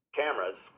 cameras